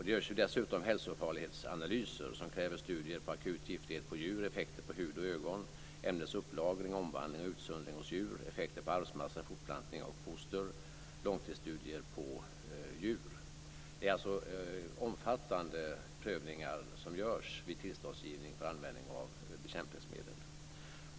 Det görs dessutom hälsofarlighetsanalyser som kräver studier på akut giftighet på djur, effekter på hud och ögon, ämnets upplagring, omvandling och utsöndring hos djur, effekter på arvsmassa, fortplantning och foster samt långtidsstudier på djur. Det är alltså omfattande prövningar som görs vid tillståndsgivning för användning av bekämpningsmedel.